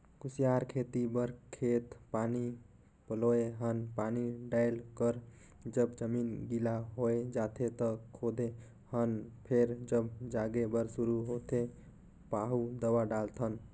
कुसियार खेती बर खेत पानी पलोए हन पानी डायल कर जब जमीन गिला होए जाथें त खोदे हन फेर जब जागे बर शुरू होथे पाहु दवा डालथन